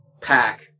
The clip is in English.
pack